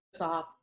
off